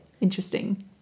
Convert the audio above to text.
Interesting